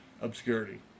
obscurity